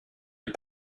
des